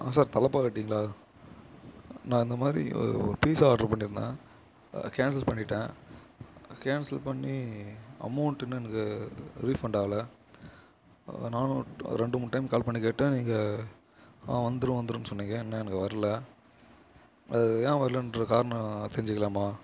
sir தலப்பாகட்டிங்களா நான் இந்தமாதிரி ஒரு பீசா ஆர்டர் பண்ணியிருந்தேன் கேன்சல் பண்ணிட்டேன் கேன்சல் பண்ணி அமௌண்ட் இன்னும் எனக்கு ரீஃபண்டு ஆகலை நானும் ரெண்டு மூணு டைம் கால் பண்ணி கேட்டேன் நீங்கள் வந்துடும் வந்துரும்னு சொன்னீங்க இன்னும் எனக்கு வரலை அது ஏன் வரலைன்ற காரணம் நான் தெரிஞ்சுக்கலாமா